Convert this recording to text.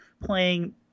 playing